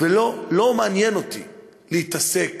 ולא מעניין אותי להתעסק